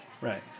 right